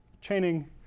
chaining